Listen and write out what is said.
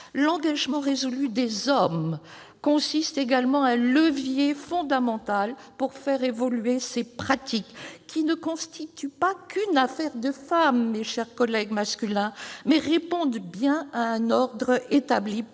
L'engagement résolu des hommes représente également un levier fondamental pour faire évoluer ces pratiques qui ne constituent pas qu'une affaire de femmes, mes chers collègues masculins, mais répondent bien à un ordre établi